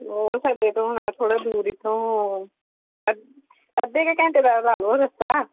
mall ਸਾਡੇ ਤੋਂ ਹੋਣਾ ਥੋੜ੍ਹਾ ਦੂਰ ਇੱਥੋਂ ਅੱਧ ਅੱਧੇ ਕੁ ਘੰਟੇ ਦਾ ਲਾ ਲਓ ਰਸਤਾ